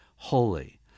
holy